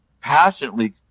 passionately